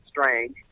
strange